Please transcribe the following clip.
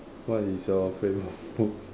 what is your favourite food